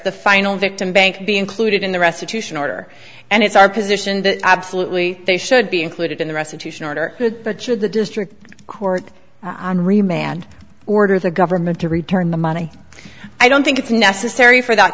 the final victim bank be included in the restitution order and it's our position that absolutely they should be included in the restitution order to achieve the district court on remand order the government to return the money i don't think it's necessary for that